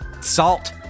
Salt